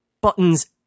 buttons